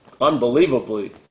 unbelievably